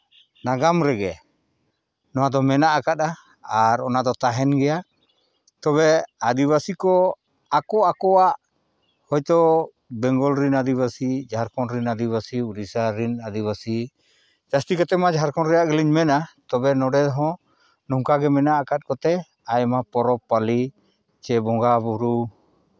ᱱᱟᱜᱟᱢ ᱨᱮᱜᱮ ᱱᱚᱣᱟ ᱫᱚ ᱢᱮᱱᱟᱜ ᱟᱠᱟᱫᱼᱟ ᱟᱨ ᱚᱱᱟᱫᱚ ᱛᱟᱦᱮᱱ ᱜᱮᱭᱟ ᱛᱚᱵᱮ ᱟᱹᱫᱤᱵᱟᱹᱥᱤ ᱠᱚ ᱟᱠᱚ ᱟᱠᱚᱣᱟᱜ ᱦᱚᱭᱛᱳ ᱵᱮᱝᱜᱚᱞ ᱨᱮᱱ ᱟᱹᱫᱤᱵᱟᱹᱥᱤ ᱡᱷᱟᱲᱠᱷᱚᱸᱰ ᱨᱮᱱ ᱟᱹᱫᱤᱵᱟᱹᱥᱤ ᱩᱲᱤᱥᱥᱟ ᱨᱮᱱ ᱟᱹᱫᱤᱵᱟᱹᱥᱤ ᱡᱟᱹᱥᱛᱤ ᱠᱟᱛᱮᱫ ᱢᱟ ᱡᱷᱟᱲᱠᱷᱚᱸᱰ ᱨᱮᱭᱟᱜ ᱜᱮᱞᱤᱧ ᱢᱮᱱᱟ ᱛᱚᱵᱮ ᱱᱚᱰᱮ ᱦᱚᱸ ᱱᱚᱝᱠᱟ ᱜᱮ ᱢᱮᱱᱟᱜ ᱟᱠᱟᱫ ᱠᱚᱛᱮ ᱟᱭᱢᱟ ᱯᱚᱨᱚᱵᱽ ᱯᱟᱹᱞᱤ ᱪᱮ ᱵᱚᱸᱜᱟᱼᱵᱩᱨᱩ